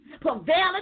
prevailing